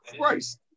christ